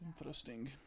interesting